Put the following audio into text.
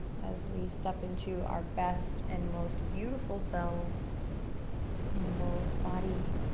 as we step into our best and most beautiful selves in both body,